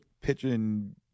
pitching